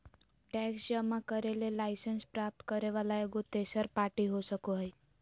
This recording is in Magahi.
टैक्स जमा करे ले लाइसेंस प्राप्त करे वला एगो तेसर पार्टी हो सको हइ